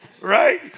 right